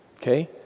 okay